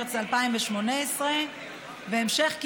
במרס 2018. בהמשך,